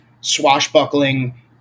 swashbuckling